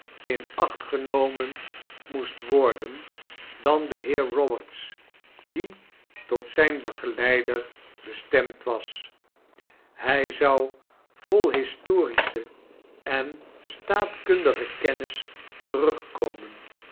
in acht genomen moest worden dan de heer eoberts die tot zyn begeleider bestemd was hjj zou vol historische en staatkundige kennis terugkomen